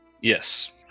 Yes